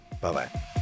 Bye-bye